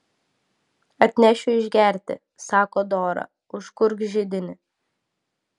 atnešiu išgerti sako dora užkurk židinį